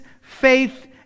faith